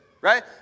Right